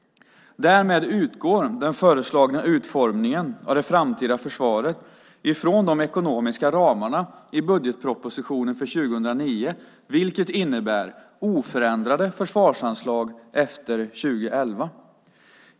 Därmed utgår den föreslagna utformningen av det framtida försvaret ifrån de ekonomiska ramarna i budgetpropositionen för 2009 vilket innebär oförändrade försvarsanslag efter 2011.